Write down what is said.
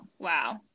Wow